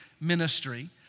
ministry